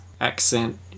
Accent